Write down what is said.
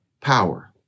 power